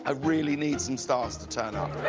ah really need some stars to turn up.